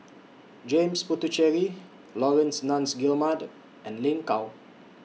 James Puthucheary Laurence Nunns Guillemard and Lin Gao